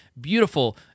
beautiful